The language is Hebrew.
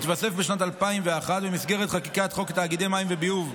התווסף בשנת 2001 במסגרת חקיקתו של חוק תאגידי מים וביוב,